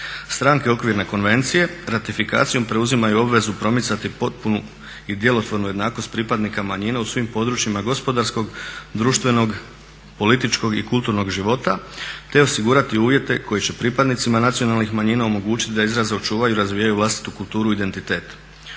Stranke okvirne konvencije ratifikacijom preuzimaju obvezu promicati potpunu i djelotvornu jednakost pripadnika manjina u svim područjima gospodarskog, društvenog, političkog i kulturnog života te osigurati uvjete koji će pripadnicima nacionalnih manjina omogućiti da izraze, očuvaju i razvijaju vlastitu kulturu i identitet.